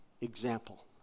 example